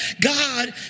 God